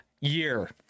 year